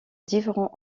différents